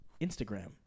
Instagram